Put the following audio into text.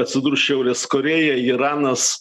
atsidurs šiaurės korėja iranas